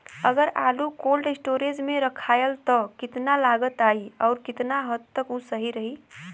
अगर आलू cold storage में रखायल त कितना लागत आई अउर कितना हद तक उ सही रही?